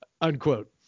Unquote